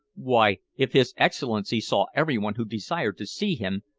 why, if his excellency saw everyone who desired to see him,